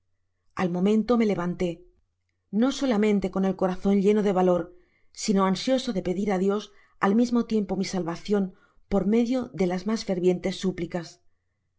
al momento me levanté no solamente con el corazon lleno de valor sino ansioso de pedir á dios a mismo tiempo mi salvacion por medio de las mas fervientes súplicas